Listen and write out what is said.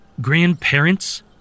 Grandparents